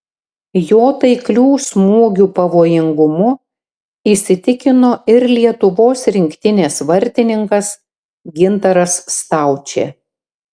jo taiklių smūgių pavojingumu įsitikino ir lietuvos rinktinės vartininkas gintaras staučė